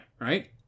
right